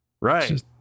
Right